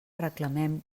reclamem